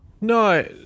No